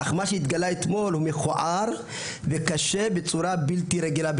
אך הדבר הזה שנגלה אתמול הוא מכוער וקשה בצורה בלתי רגילה.